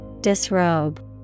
Disrobe